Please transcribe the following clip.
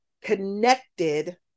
connected